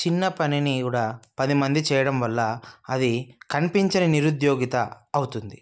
చిన్న పనిని కూడా పది మంది చేయడం వల్ల అది కనిపించని నిరుద్యోగిత అవుతుంది